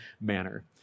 manner